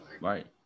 Right